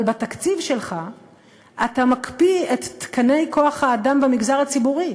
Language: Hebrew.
אבל בתקציב שלך אתה מקפיא את תקני כוח-האדם במגזר הציבורי.